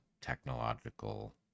technological